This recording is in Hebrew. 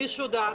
משודר,